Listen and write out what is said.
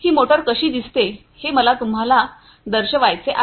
ही motor कशी दिसते हे मला तुम्हाला दर्शवायचे आहे